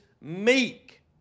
meek